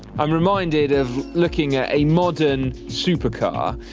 i'm reminded of looking at a modern super car.